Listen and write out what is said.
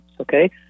Okay